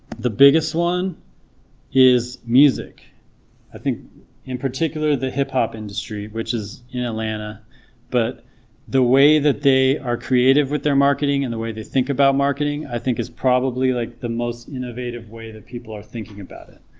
the biggest one is music i think in particular the hip hop industry which is in atlanta but the way that they are creative with their marketing and the way they think about marketing i think is probably like the most innovative way that people are thinking about it